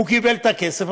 הוא קיבל את הכסף.